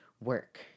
work